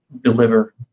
deliver